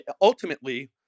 Ultimately